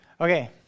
Okay